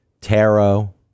Tarot